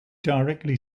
directly